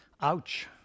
Ouch